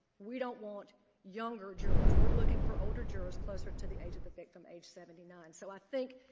we don't want younger jurors. we're looking for older jurors closer to the age of the victim, age seventy nine. so i think